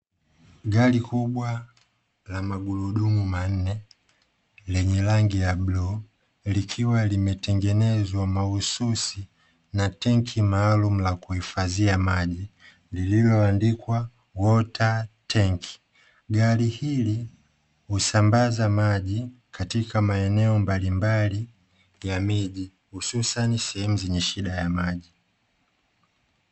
Gari kubwa la magurudumu manne, lenye rangi ya bluu, likiwa limetengenezwa mahsusi na tenki maalum la kuhifadhia maji lililoandikwa "WATER TANK".Gari hili husambaza maji katika maeneo mbalimbali ya miji hususani sehemu zenye shida ya maji.